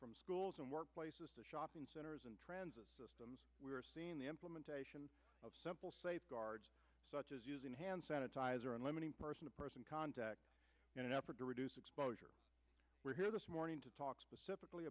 can schools and workplaces shopping centers and transit systems and the implementation of simple safeguards such as using hand sanitizer and limiting person to person contact in an effort to reduce exposure we're here this morning to talk specifically